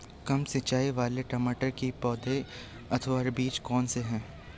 कम सिंचाई वाले टमाटर की पौध अथवा बीज कौन से हैं?